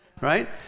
right